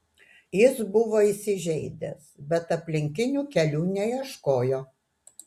jis buvo įsižeidęs bet aplinkinių kelių neieškojo